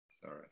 Sorry